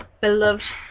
beloved